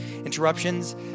Interruptions